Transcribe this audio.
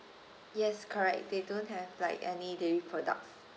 yes correct they don't have like any dairy products